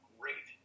Great